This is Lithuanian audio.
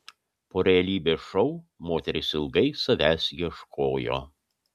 po realybės šou moteris ilgai savęs ieškojo